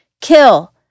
Kill